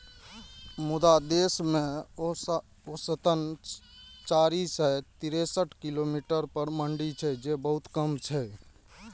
मुदा देश मे औसतन चारि सय तिरेसठ किलोमीटर पर मंडी छै, जे बहुत कम छै